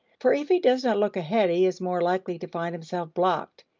for if he does not look ahead, he is more likely to find himself blocked.